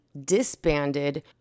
disbanded